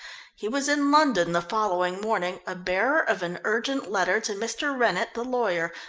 he was in london the following morning, a bearer of an urgent letter to mr. rennett, the lawyer,